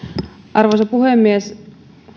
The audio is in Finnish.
arvoisa puhemies